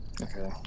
Okay